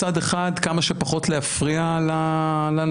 מצד אחד כמה שפחות להפריע לאנשים,